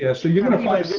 yeah so you're gonna fly.